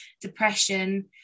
depression